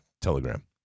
Telegram